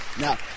now